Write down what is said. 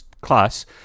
class